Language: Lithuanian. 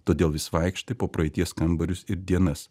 todėl vis vaikštai po praeities kambarius ir dienas